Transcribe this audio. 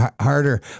harder